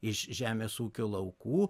iš žemės ūkio laukų